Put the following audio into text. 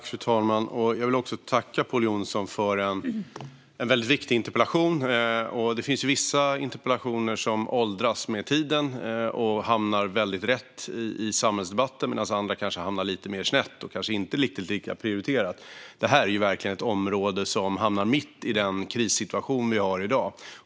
Fru talman! Jag vill tacka Pål Jonson för en väldigt viktig interpellation. Det finns ju vissa interpellationer som åldras med tiden och hamnar väldigt rätt i samhällsdebatten medan andra hamnar lite mer snett och kanske inte blir lika prioriterade. Detta är verkligen ett område som hamnar mitt i den krissituation vi har i dag.